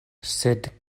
sed